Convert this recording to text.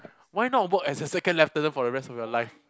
why not work as a second lieutenant for the rest of your life